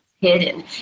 hidden